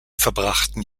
verbrachten